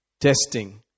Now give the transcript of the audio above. testing